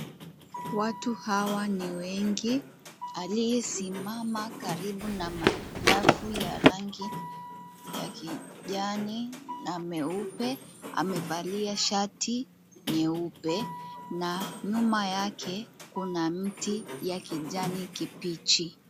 Watu hawa ni wengi. Aliyesimama karibu na madafu ya rangi ya kijani na meupe, amevalia shati nyeupe, na nyuma yake kuna miti ya kijani kibichi.